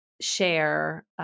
share